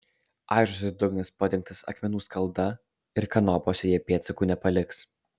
aižosi dugnas padengtas akmenų skalda ir kanopos joje pėdsakų nepaliks